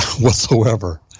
whatsoever